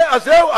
אז זהו,